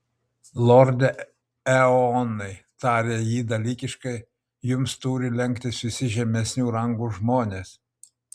lorde eonai tarė ji dalykiškai jums turi lenktis visi žemesnių rangų žmonės